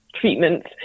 treatments